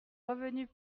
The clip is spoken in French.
revenue